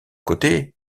côté